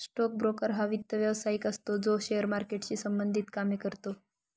stock broker हा वित्त व्यवसायिक असतो जो शेअर मार्केटशी संबंधित कामे करतो